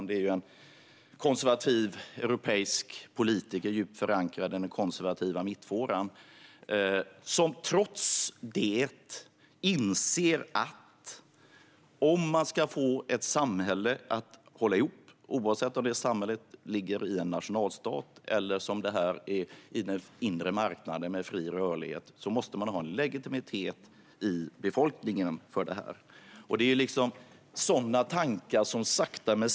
Det är en konservativ europeisk politiker, djupt förankrad i den konservativa mittfåran, som trots det inser att om man ska få ett samhälle att hålla ihop - oavsett om det handlar om en nationalstat eller som här den inre marknaden med fri rörlighet - måste man ha legitimitet för detta i befolkningens ögon.